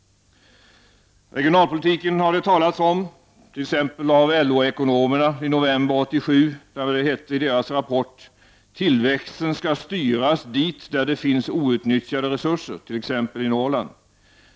Regionalpolitiken har det talats om, t.ex. av LO-ekonomerna i november 1987, som i sin rapport sade: ”Tillväxten skall styras dit där det finns outnyttjade resurser, t.ex. i Norrland.